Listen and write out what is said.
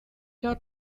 not